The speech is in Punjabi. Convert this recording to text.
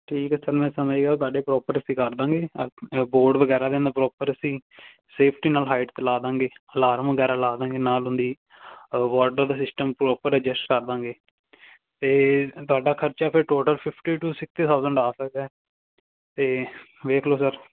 ਠੀਕ ਹੈ ਸਰ ਮੈਂ ਸਮਝ ਗਿਆ ਉਹ ਤੁਹਾਡੇ ਪ੍ਰੋਪਰ ਅਸੀਂ ਕਰ ਦਾਂਗੇ ਬੋਰਡ ਵਗੈਰਾ ਦੇ ਪ੍ਰੋਪਰ ਅਸੀਂ ਸੇਫਟੀ ਨਾਲ ਹਾਈਟ 'ਤੇ ਲਾ ਦਾਂਗੇ ਅਲਾਰਮ ਵਗੈਰਾ ਲਾ ਦਾਂਗੇ ਨਾਲ ਉਹਦੀ ਵਾਟਰ ਸਿਸਟਮ ਪ੍ਰੋਪਰ ਅਡਜੈਸਟ ਕਰ ਦਾਂਗੇ ਅਤੇ ਤੁਹਾਡਾ ਖਰਚਾ ਫਿਰ total fifty to sixty thousand ਆ ਸਕਦਾ ਅਤੇ ਵੇਖ ਲਓ ਸਰ